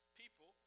people